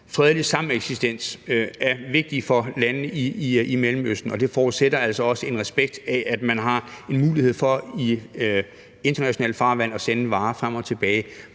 fredelig sameksistens, som er vigtigt for landene i Mellemøsten, og det forudsætter altså også en respekt for, at man har en mulighed for i internationalt farvand at sende varer frem og tilbage.